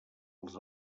els